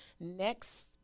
next